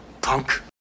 punk